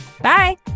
Bye